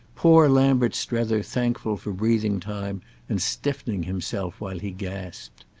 poor lambert strether thankful for breathing-time and stiffening himself while he gasped.